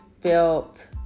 felt